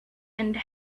and